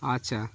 আচ্ছা